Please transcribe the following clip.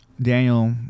Daniel